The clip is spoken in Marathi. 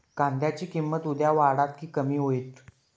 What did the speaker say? कांद्याची किंमत उद्या वाढात की कमी होईत?